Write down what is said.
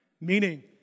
Meaning